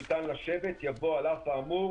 ניתן לשבת" יבוא "על אף האמור,